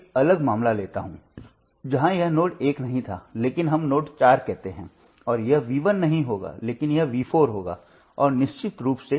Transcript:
इसलिए हम एक सुपर नोड बनाकर इस समस्या को दूर करते हैं